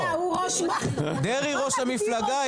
דרעי ראש המפלגה,